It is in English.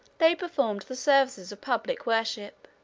they performed the services of public worship.